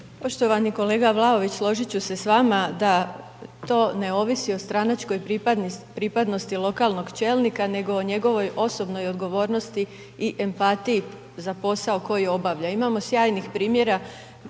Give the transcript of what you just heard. Poštovani kolega Vlaović, složit ću se s vama da to ne ovisi o stranačkoj pripadnosti lokalnog čelnika, nego o njegovoj osobnoj odgovornosti i empatiji za posao koji obavlja. Imamo sjajnih primjera,